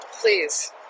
please